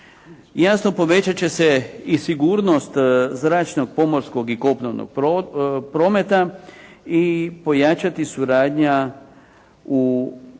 Jasno povećat će se i sigurnost zračnog, pomorskog i kopnenog prometa i pojačati suradnja u